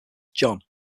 john